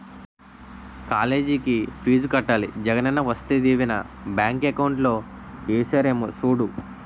కాలేజికి ఫీజు కట్టాలి జగనన్న వసతి దీవెన బ్యాంకు అకౌంట్ లో ఏసారేమో సూడు